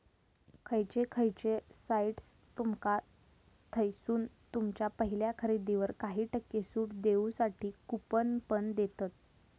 खयचे खयचे साइट्स तुमका थयसून तुमच्या पहिल्या खरेदीवर काही टक्के सूट देऊसाठी कूपन पण देतत